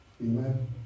Amen